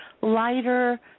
lighter